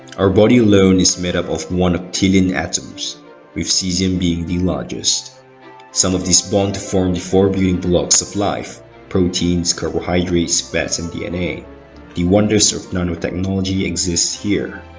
our body alone is made up of one octillion atoms with caesium being the largest some of these bond to form the four building blocks of life protein, carbohydrates, fats and dna the wonders of nanotechnology exists here